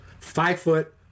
five-foot